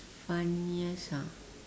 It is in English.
funniest ah